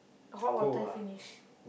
the hot water finish